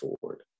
forward